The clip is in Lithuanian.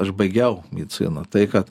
aš baigiau mediciną tai kad